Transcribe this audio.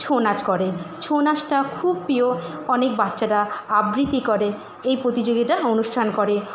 ছৌ নাচ করে ছৌ নাচটা খুব প্রিয় অনেক বাচ্চারা আবৃত্তি করে এই প্রতিযোগিতার অনুষ্ঠান করে